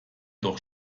doch